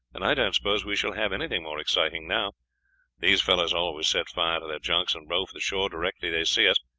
and i don't suppose we shall have anything more exciting now these fellows always set fire to their junks and row for the shore directly they see us,